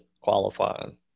qualifying